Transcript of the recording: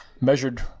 measured